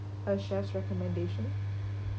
a chef's recommendation